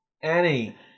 Annie